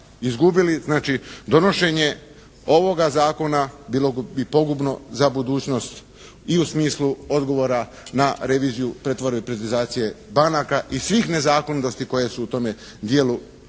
izgubili. Znači donošenje ovoga zakona bilo bi pogubno za budućnost i u smislu odgovora na reviziju pretvorbe i privatizacije banaka i svih nezakonitosti koje su u tome dijelu